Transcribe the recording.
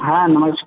हां नमस्